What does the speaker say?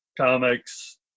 comics